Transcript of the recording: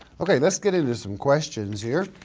okay let's get into some questions here.